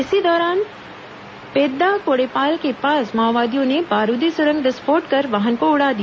इसी दौरान पेद्दाकोड़ेपाल के पास माओवादियों ने बारूदी सुरंग विस्फोट कर वाहन को उड़ा दिया